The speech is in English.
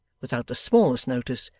without the smallest notice,